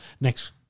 next